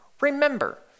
Remember